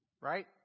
right